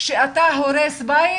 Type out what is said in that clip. כשאתה הורס בית